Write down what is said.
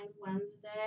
Wednesday